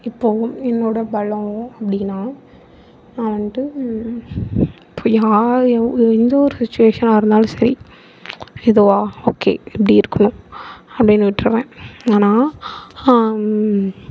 இப்போவும் என்னோடய பலம் அப்படின்னா நான் வந்துட்டு இப்போ யார் எந்த ஒரு விசேஷமாக இருந்தாலும் சரி இதுவா ஓகே இப்படி இருக்கணும் அப்படின்னு விட்டுருவேன் ஆனால்